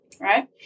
right